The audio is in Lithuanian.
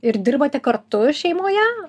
ir dirbate kartu šeimoje